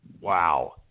Wow